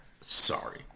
sorry